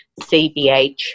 CBH